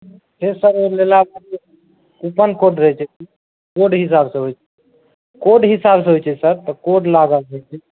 से सब मिलाके coupon code होइत छै कोड हिसाब से होइत छै कोड हिसाब से होइत छै सर तऽ कोड लागल छै